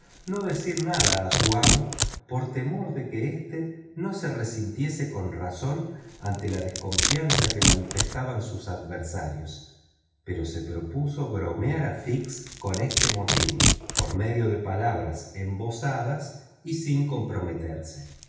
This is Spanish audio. no decir nada a su amo por temor de que éste no se resintiese con razón ante la desconfianza que manifestaban sus adversarios pero se propuso bromear a fix con este motivo por medio de palabras embozadas y sin comprometerse